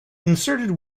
inserted